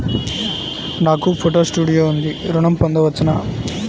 నాకు photo studio ఉంది ఋణం పొంద వచ్చునా?